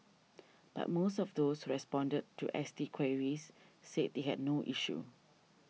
but most of those who responded to S T queries said they had no issue